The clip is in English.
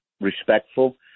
respectful